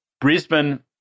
Brisbane